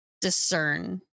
discern